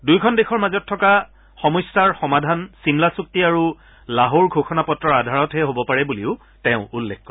দুয়োখন দেশৰ মাজত থকা সমস্যাৰ সমাধান চিমলা চুক্তি আৰু লাহোৰ ঘোষণা পত্ৰৰ আধাৰতহে হ'ব পাৰে বুলিও তেওঁ উল্লেখ কৰে